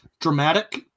dramatic